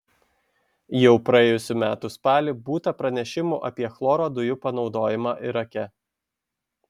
jau praėjusių metų spalį būta pranešimų apie chloro dujų panaudojimą irake